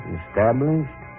established